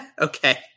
Okay